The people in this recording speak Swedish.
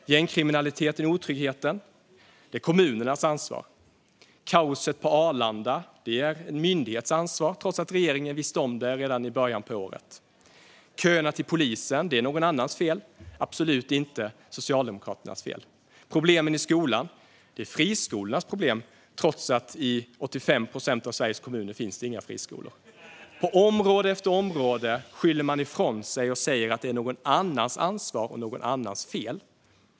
Gängkriminaliteten och otryggheten är kommunernas ansvar. Kaoset på Arlanda är en myndighets ansvar, trots att regeringen visste om det redan i början på året. Köerna till polisen är någon annans fel, och absolut inte Socialdemokraternas fel. Problemen i skolan är friskolornas problem trots att det i 85 procent av Sveriges kommuner inte finns några friskolor. På område efter område skyller man ifrån sig och säger att det är någon annans ansvar och någon annans fel.